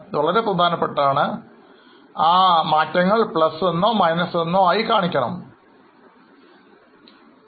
ഇവ വളരെ പ്രധാനപ്പെട്ടതാണ് ഈ മാറ്റങ്ങളുടെ അടയാളങ്ങളെ അതായത് എന്നിവ വളരെയധികം ശ്രദ്ധിക്കണം